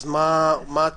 אז מה הטעם?